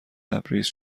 لبریز